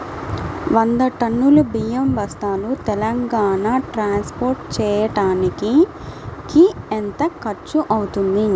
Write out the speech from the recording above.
వంద టన్నులు బియ్యం బస్తాలు తెలంగాణ ట్రాస్పోర్ట్ చేయటానికి కి ఎంత ఖర్చు అవుతుంది?